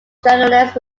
journalists